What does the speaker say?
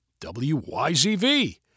WYZV